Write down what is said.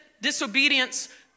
disobedience